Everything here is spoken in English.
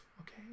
okay